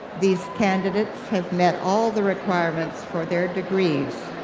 these candidates have met all the requirements for their degrees.